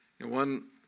One